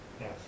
yes